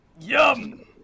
Yum